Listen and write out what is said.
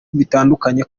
bitandukanye